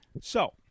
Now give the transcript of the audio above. so-